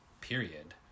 period